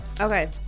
Okay